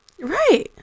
Right